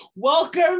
Welcome